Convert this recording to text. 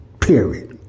period